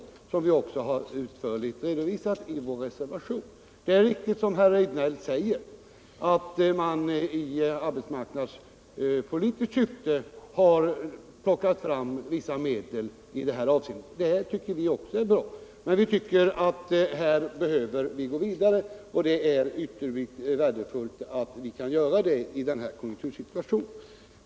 Detta har vi också utförligt redovisat i vår reservation. Herr Rejdnell sade mycket riktigt att man i arbetsmarknadspolitiskt syfte har plockat fram vissa medel, och det tycker vi är bra. Men enligt vår åsikt bör man gå vidare, något som är ytterst värdefullt i den nuvarande konjunktursituationen.